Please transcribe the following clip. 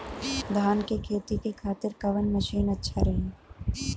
धान के खेती के खातिर कवन मशीन अच्छा रही?